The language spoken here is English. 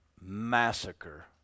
massacre